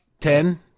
ten